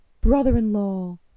brother-in-law